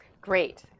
Great